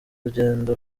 rugendo